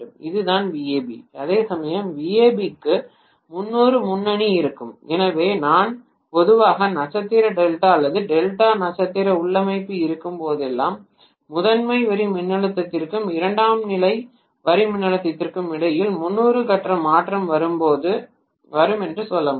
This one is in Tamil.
இதுதான் VAB அதேசமயம் VAB க்கு 300 முன்னணி இருக்கும் எனவே நான் பொதுவாக நட்சத்திர டெல்டா அல்லது டெல்டா நட்சத்திர உள்ளமைவு இருக்கும் போதெல்லாம் முதன்மை வரி மின்னழுத்தத்திற்கும் இரண்டாம் நிலை வரி மின்னழுத்தத்திற்கும் இடையில் 300 கட்ட மாற்றம் வரும் என்று சொல்ல முடியும்